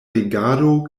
regado